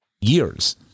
years